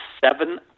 seven